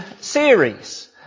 series